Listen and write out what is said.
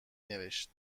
نوشت